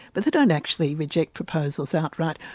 but they don't actually reject proposals outright.